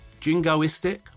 jingoistic